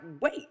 wait